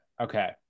Okay